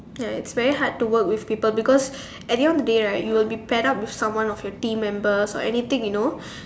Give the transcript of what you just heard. ya it's very hard to work with people because at the end of the day right you will be fed up with someone of your team members or anything you know